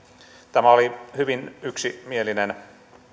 tämä oli hyvin yksimielinen